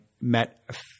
met